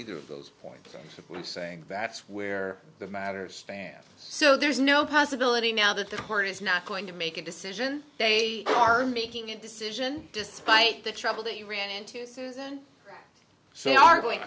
either of those point of saying that's where the matter stands so there's no possibility now that the court is not going to make a decision they are making a decision despite the trouble that you ran into susan so you are going